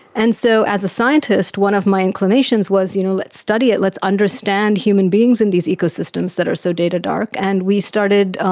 and so as a scientist, one of my inclinations was you know let's study it, let's understand human beings in these ecosystems that are so data dark, and we started,